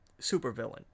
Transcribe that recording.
supervillain